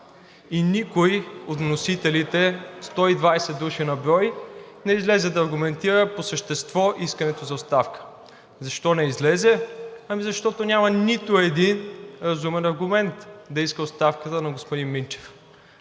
и никой от вносителите – 120 души на брой, не излезе да аргументира по същество искането за оставка. Защо не излезе? Защото няма нито един разумен аргумент да иска оставката на господин Минчев.